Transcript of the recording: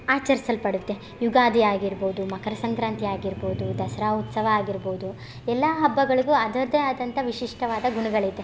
ಆಚರಿಸಲ್ಪಡುತ್ತೆ ಯುಗಾದಿ ಆಗಿರ್ಬೋದು ಮಕರ ಸಂಕ್ರಾಂತಿ ಆಗಿರ್ಬೋದು ದಸ್ರಾ ಉತ್ಸವ ಆಗಿರ್ಬೋದು ಎಲ್ಲ ಹಬ್ಬಗಳಿಗೂ ಅದರದ್ದೇ ಆದಂಥ ವಿಶಿಷ್ಟವಾದ ಗುಣಗಳಿದೆ